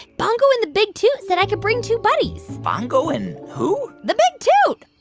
bongo and the big toot said i could bring two buddies bongo and who? the big toot